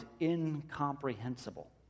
incomprehensible